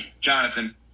Jonathan